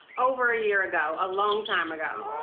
over a year ago, a long time ago.